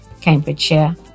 Cambridgeshire